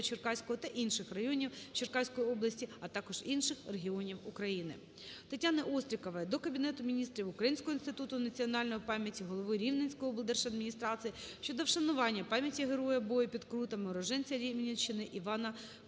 Черкаського та інших районів Черкаської області, а також інших регіонів України. ТетяниОстрікової до Кабінету Міністрів, Українського інституту національної пам'яті, голови Рівненської облдержадміністрації щодо вшанування пам'яті героя бою під Крутами уродженця Рівненщини Івана